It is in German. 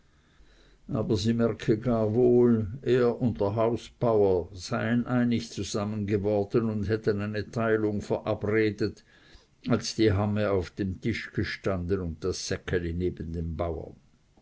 aber sie merke gar wohl er und der hausbauer seien einig zusammen geworden und hätten eine teilig verabredet als die hamme auf dem tisch gestanden und das säckeli neben dem bauern